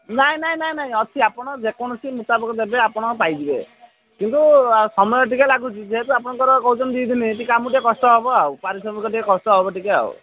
ନାହିଁ ନାହିଁ ନାହିଁ ନାହିଁ ଅଛି ଆପଣ ଯେକୋଣସି ମୁତାବକ ଦେବେ ଆପଣ ପାଇଯିବେ କିନ୍ତୁ ସମୟ ଟିକେ ଲାଗୁଛି ଯେହେତୁ ଆପଣଙ୍କର କହୁଛନ୍ତି ଦୁଇ ଦିନ ଟିକେ ଆମକୁ ଟିକେ କଷ୍ଟ ହବ ଆଉ କଷ୍ଟ ହବ ଟିକେ ଆଉ